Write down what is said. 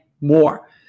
more